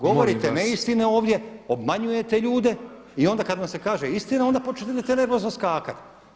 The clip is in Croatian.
Govorite neistine ovdje, obmanjujete ljude i onda kad vam se kaže istina onda počnete nervozno skakati.